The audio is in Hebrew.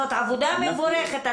זאת עבודה מבורכת,